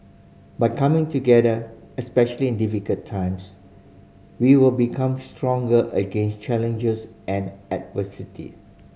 by coming together especially in difficult times we will become stronger against challenges and adversity